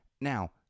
Now